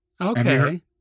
Okay